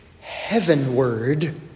heavenward